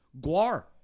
Guar